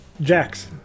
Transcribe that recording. Jax